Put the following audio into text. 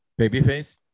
Babyface